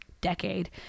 decade